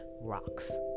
rocks